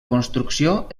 construcció